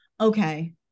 okay